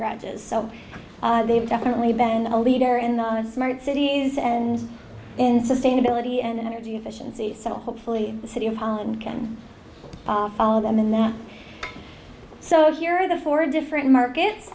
garages so they've definitely been a leader in the smart city is and in sustainability and energy efficiency so hopefully the city of holland can follow them in that so here are the four different markets